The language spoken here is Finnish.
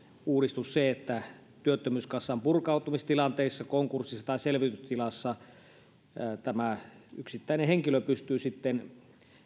uudistus se että työttömyyskassan purkautumistilanteissa konkurssissa tai selvitystilassa yksittäinen henkilö pystyy sitten